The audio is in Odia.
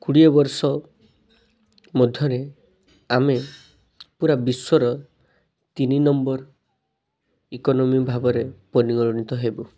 କୋଡ଼ିଏ ବର୍ଷ ମଧ୍ୟରେ ଆମେ ପୁରା ବିଶ୍ୱର ତିନି ନମ୍ବର ଇକୋନୋମି ଭାବରେ ପରିଗଣିତ ହେବୁ